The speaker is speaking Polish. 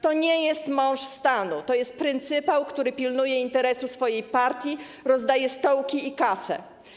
To nie jest mąż stanu, to jest pryncypał, który pilnuje interesu swojej partii, rozdaje stołki i kasę.